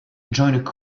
joined